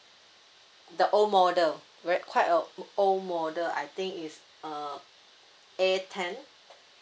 the old model very quite old model I think it's uh A ten